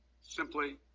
simply